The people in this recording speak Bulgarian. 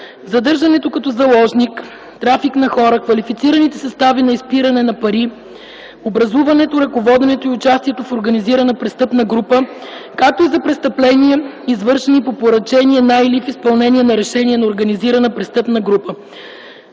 задържането като заложник, трафик на хора, квалифицираните състави на изпиране на пари, образуването, ръководенето и участието в организирана престъпна група, както и за престъпления, извършени по поръчение на или в изпълнение на решение на организирана престъпна група.